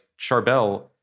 Charbel